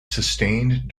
sustained